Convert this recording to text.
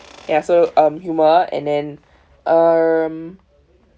ya so um humour and then um